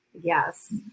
Yes